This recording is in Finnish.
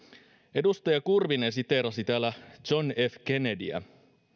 edustaja kurvinen siteerasi täällä john f kennedyä